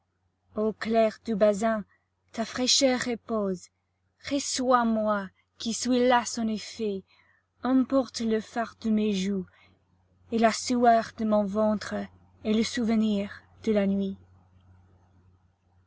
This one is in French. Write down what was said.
eau claire du bassin ta fraîcheur repose reçois moi qui suis lasse en effet emporte le fard de mes joues et la sueur de mon ventre et le souvenir de la nuit